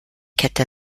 kette